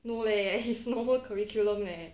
no leh it's the whole curriculum leh